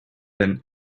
than